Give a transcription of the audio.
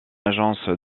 agence